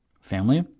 family